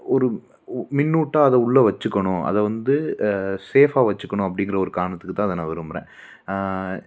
ஒரு உ மின்னூட்டாக அதை உள்ளே வச்சுக்கணும் அதை வந்து ஷேஃபாக வச்சுக்கணும் அப்படிங்கிற ஒரு காரணத்துக்கு தான் அதை நான் விரும்புகிறேன்